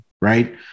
right